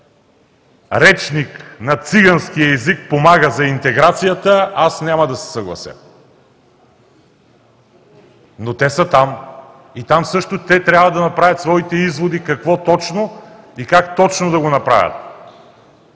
речник на цигански език помага за интеграцията, аз няма да се съглася. Но те са там. И те също там трябва да направят своите изводи какво точно и как точно да го направят.